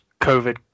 COVID